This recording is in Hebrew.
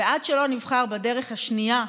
ועד שלא נבחר בדרך השנייה,